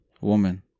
Woman